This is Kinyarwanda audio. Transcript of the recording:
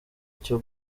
cyo